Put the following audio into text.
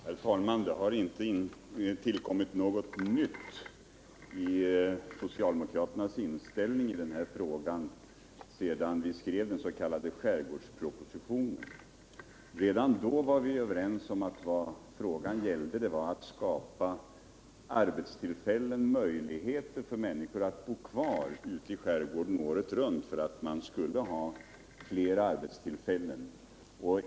Herr talman! Sedan vi skrev den s.k. skärgårdspropositionen har det inte tillkommit något nytt i socialdemokraternas inställning i denna fråga. Redan då var vi överens om att det gällde att skapa möjligheter för människorna att bo kvar ute i skärgården året runt och att man skulle ha fler arbetstillfällen.